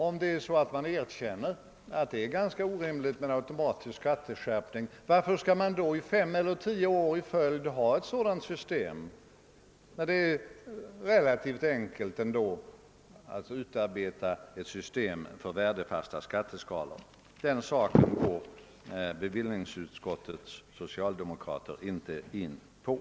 Om man erkänner att det är ganska orimligt med en automatisk skatteskärpning, varför skall vårt land då i fem eller tio år i följd ha ett sådant system? Det är ju ändå relativt enkelt att utarbeta ett system med värdefasta skatteskalor. Den saken går socialdemokraterna i bevillningsutskottet inte in på.